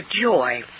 joy